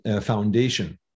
Foundation